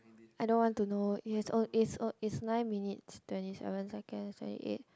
I don't want to know it has on~ it's has it's nine minutes twenty seven seconds seventy eight